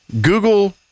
Google